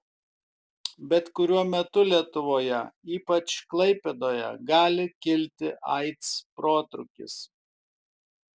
bet kuriuo metu lietuvoje ypač klaipėdoje gali kilti aids protrūkis